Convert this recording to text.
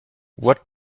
what